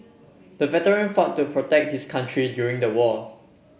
the veteran fought to protect his country during the war